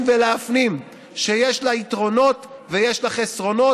ולהפנים שיש לה יתרונות ויש לה חסרונות,